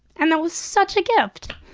and that was such a gift!